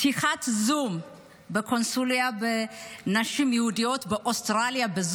בשיחת זום בקונסוליה עם נשים יהודיות באוסטרליה,